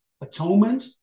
atonement